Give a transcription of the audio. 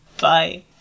Bye